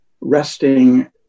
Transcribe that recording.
resting